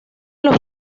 los